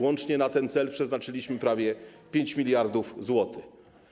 Łącznie na ten cel przeznaczyliśmy prawie 5 mld zł.